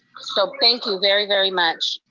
so thank you very, very much.